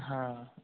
हँ